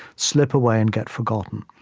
slip away and get forgotten.